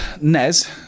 NES